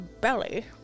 belly